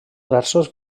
versos